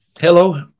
Hello